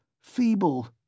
feeble